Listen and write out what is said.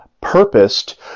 purposed